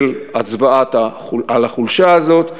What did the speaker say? בהצבעה על החולשה הזאת.